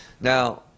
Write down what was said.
now